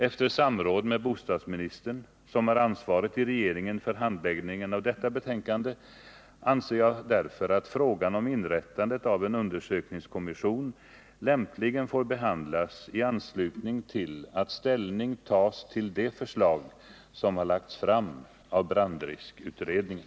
Efter samråd med bostadsministern — som har ansvaret i regeringen för handläggningen av detta betänkande — anser jag därför att frågan om inrättandet av en undersökningskommission lämpligen får behandlas i anslutning till att ställning tas till de förslag som har lagts fram av brandriskutredningen.